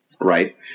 right